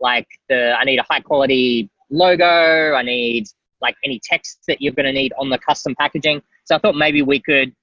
like i need a high quality logo, i need like any texts that you're gonna need on the custom packaging. so i thought maybe we could